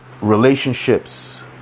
relationships